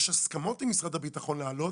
יש הסכמות עם משרד הביטחון להעלות,